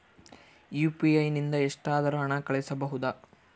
UPI ನಿಂದ ಎಷ್ಟಾದರೂ ಹಣ ಕಳಿಸಬಹುದಾ?